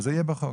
אז זה יהיה בחוק.